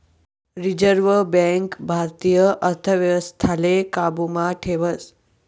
reserve bank भारतीय अर्थव्यवस्थाले काबू मा ठेवस